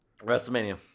WrestleMania